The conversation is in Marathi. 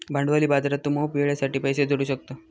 भांडवली बाजारात तू मोप वेळेसाठी पैशे जोडू शकतं